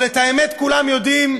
אבל את האמת כולם יודעים,